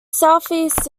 southeast